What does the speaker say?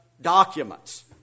documents